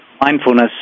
mindfulness